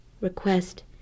request